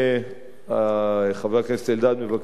האם חבר הכנסת אלדד מבקש דיון?